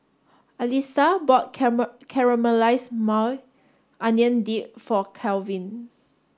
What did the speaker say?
Alisa bought Caramelized Maui Onion Dip for Kalvin